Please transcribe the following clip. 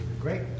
Great